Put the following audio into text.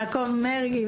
יעקב מרגי,